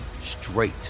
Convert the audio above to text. straight